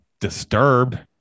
Disturbed